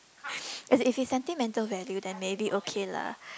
if it's sentimental value then maybe okay lah